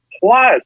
plus